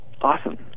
Awesome